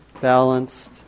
balanced